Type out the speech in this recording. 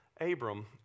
Abram